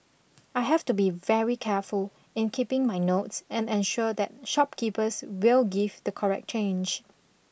I have to be very careful in keeping my notes and ensure that shopkeepers will give the correct change